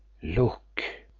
look!